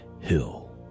hill